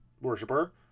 worshiper